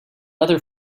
other